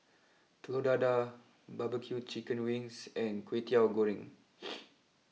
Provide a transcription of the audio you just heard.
Telur Dadah Barbeque Chicken wings and Kwetiau Goreng